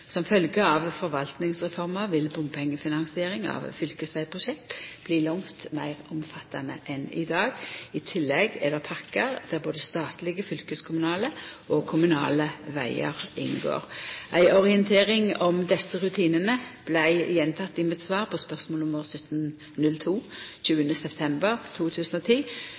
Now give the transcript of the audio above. Som følgje av forvaltningsreforma vil bompengefinansiering av fylkesvegprosjekt bli langt meir omfattande enn i dag. I tillegg er det pakkar der både statlege, fylkeskommunale og kommunale vegar inngår. Ei orientering om desse rutinane vart gjenteken i mitt svar på spørsmål nr. 1707 20. september 2010